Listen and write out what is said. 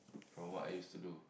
from what I used to do